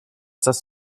das